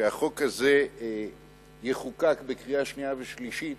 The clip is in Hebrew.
שהחוק הזה יחוקק בקריאה שנייה ובקריאה שלישית